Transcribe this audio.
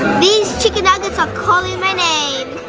these chicken nuggets are calling my name.